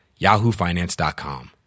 yahoofinance.com